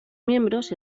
miembros